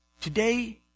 today